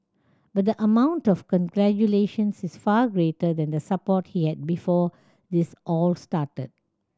but the amount of congratulations is far greater than the support he had before this all started